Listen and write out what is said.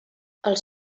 els